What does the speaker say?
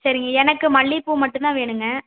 சரிங்க எனக்கு மல்லிப்பூ மட்டும் தான் வேணுங்க